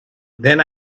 then